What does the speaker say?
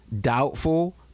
doubtful